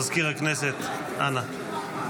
מזכיר הכנסת, אנא.